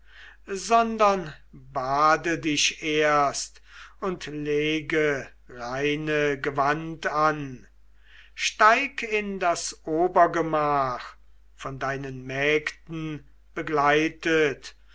sondern bade dich erst und lege reine gewand an steig in das obergemach von deinen mägden begleitet